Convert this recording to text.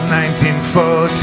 1914